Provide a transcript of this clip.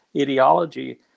ideology